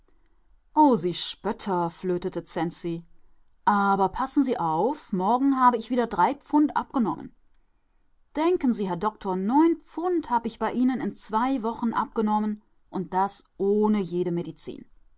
sie spötter flötete cenzi aber passen sie auf morgen habe ich wieder drei pfund abgenommen denken sie herr doktor neun pfund habe ich bei ihnen in zwei wochen abgenommen und das ohne jede medizin